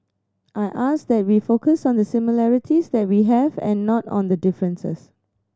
I ask that we focus on the similarities that we have and not on the differences